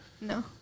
No